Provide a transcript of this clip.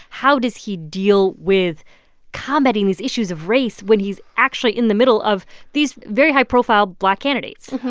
how does he deal with combating these issues of race when he's actually in the middle of these very high-profile black candidates?